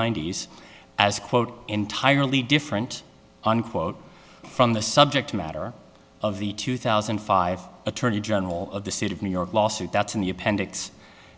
ninety s as quote entirely different unquote from the subject matter of the two thousand and five attorney general of the state of new york lawsuit that's in the appendix